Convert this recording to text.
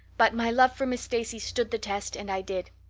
but my love for miss stacy stood the test and i did.